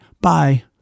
Bye